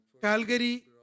Calgary